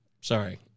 Sorry